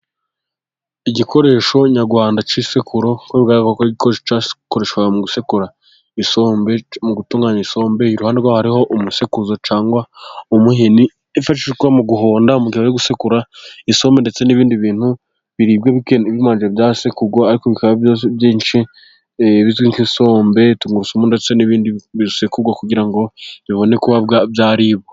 Igikoresho nyarwanda ki isekuro cyakoreshyaga mu gusekura isombe mu gutunganya isombe, iruhande rwaho hari umusekuzo cyangwa umuhini wifashishwa mu guhonda cyangwa se gusekura isomo ndetse n'ibindi bintu biribwa bimanje bya sekurwa, ariko bikaba ibyinshi bizwi nk'isombe, tungurusumu ndetse n'ibindi bisekurwa kugira ngo bibone kuba byaribwa.